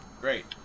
great